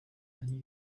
than